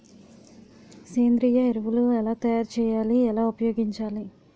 సేంద్రీయ ఎరువులు ఎలా తయారు చేయాలి? ఎలా ఉపయోగించాలీ?